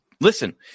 listen